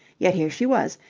yet here she was,